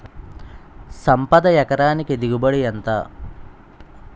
సంపద ఎకరానికి దిగుబడి ఎంత?